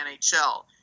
NHL